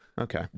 okay